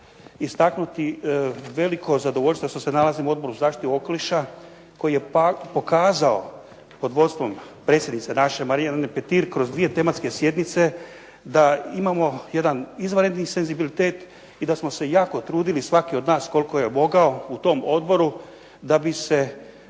istaknuti veliko zadovoljstvo što se nalazim u Odboru za zaštitu okoliša koji je pokazao pod vodstvom predsjednice naše Marijane Petir kroz 2 tematske sjednice da imamo jedan izvanredni senzibilitet i da smo se jako trudili, svaki od nas koliko je mogao, u tom odboru da bi se